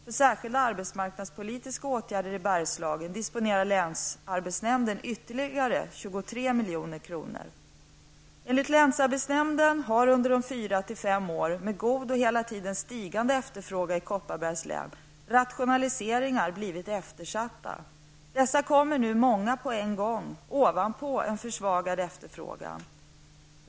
För särskilda arbetsmarknadspolitiska åtgärder i Bergslagen disponerar länsarbetsnämnden ytterligare 23 Enligt länsarbetsnämnden har under de fyra till fem år med god och hela tiden stigande efterfrågan i Kopparbergs län rationaliseringar blivit eftersatta. Dessa kommer nu många på en gång, ovanpå en försvagad efterfrågan.